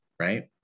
right